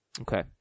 Okay